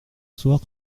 soir